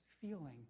feeling